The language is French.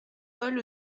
paul